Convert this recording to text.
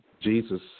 Jesus